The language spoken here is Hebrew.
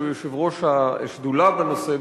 שהוא יושב-ראש השדולה בנושא,